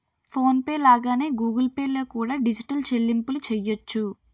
phone pay లాగానే Google Pay లో కూడా డిజిటల్ చెల్లింపులు చెయ్యొచ్చు